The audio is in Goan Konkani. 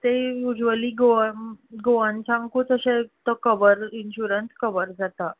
ते यूजवली गोवा गोवांनच्यांकूत तशे इंन्शूरन्स कवर जाता